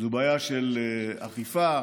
מאחר שהידע שיש לי הוא מה שכתוב בתשובה,